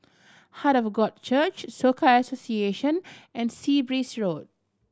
Heart of God Church Soka Association and Sea Breeze Road